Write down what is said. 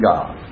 God